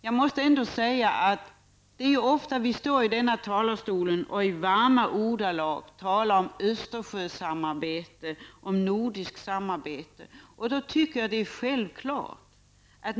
Jag måste ändå säga att vi ofta står i denna talarstol och i varma ordalag talar om Östersjösamarbetet och om det nordiska samarbetet.